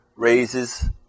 Raises